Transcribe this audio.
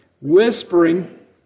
whispering